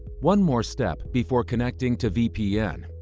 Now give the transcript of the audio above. one more step before connecting to vpn.